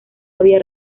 había